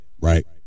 right